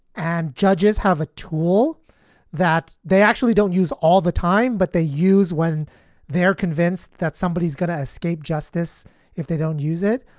and judges have a tool that they actually don't use all the time, but they use when they are convinced that somebody is going to escape justice if they don't use it.